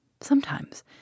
Sometimes